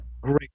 Great